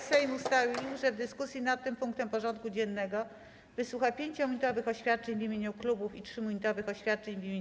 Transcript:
Sejm ustalił, że w dyskusji nad tym punktem porządku dziennego wysłucha 5-minutowych oświadczeń w imieniu klubów i 3-minutowych oświadczeń w imieniu kół.